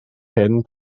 hyn